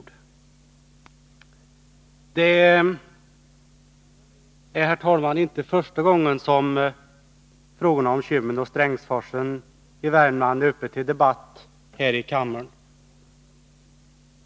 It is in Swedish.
Det är inte första gången frågorna om Kymmen och Strängsforsen i Värmland är uppe till debatt här i kammaren.